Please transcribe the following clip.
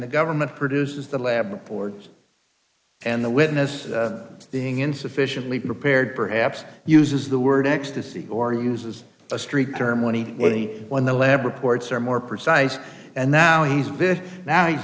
the government produces the lab reports and the witness being insufficiently prepared perhaps uses the word ecstasy or uses a street term when he was the one the lab reports are more precise and now he's